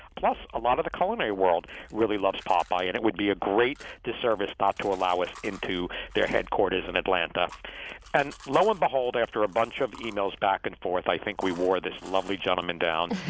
plus a lot of the culinary world really loves popeyes and it would be a great disservice not to allow us into their headquarters in atlanta and lo and behold, after a bunch of emails back and forth, i think we wore this lovely gentleman down.